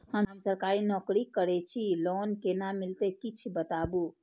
हम सरकारी नौकरी करै छी लोन केना मिलते कीछ बताबु?